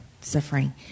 suffering